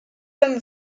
homme